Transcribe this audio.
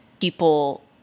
people